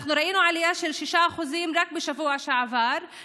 ראינו עלייה של 6% רק בשבוע שעבר,